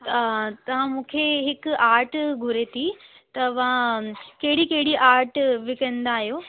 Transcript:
तव्हां मूंखे हिकु आर्ट घुरे थी तव्हां कहिड़ी कहिड़ी आर्ट विकिणंदा आहियो